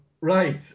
Right